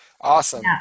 Awesome